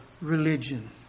religion